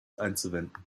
einzuwenden